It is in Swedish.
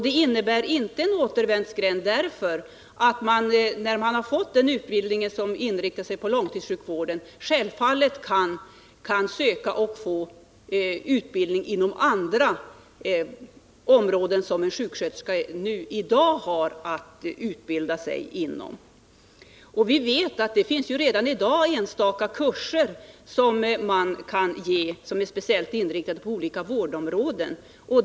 Det innebär inte en återvändsgränd, för när man har fått den utbildning som är inriktad på långtidssjukvården kan man självfallet söka och få utbildning inom andra områden, som en sjuksköterska i dag har att utbilda sig inom. Vi vet att det redan i dag finns enstaka kurser som är speciellt inriktade på olika vårdområden.